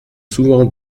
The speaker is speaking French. souvent